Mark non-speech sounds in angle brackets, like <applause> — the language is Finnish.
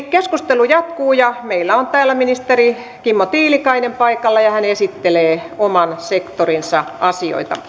<unintelligible> keskustelu jatkuu ja ministeri kimmo tiilikainen esittelee oman sektorinsa asioita